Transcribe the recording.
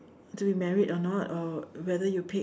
to be married or not or whether you pick